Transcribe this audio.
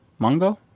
Mongo